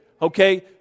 Okay